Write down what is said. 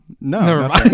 No